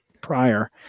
prior